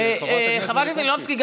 חברת הכנסת מלינובסקי.